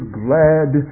glad